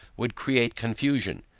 would create confusion.